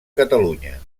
catalunya